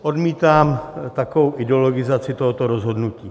Odmítám takovou ideologizaci tohoto rozhodnutí.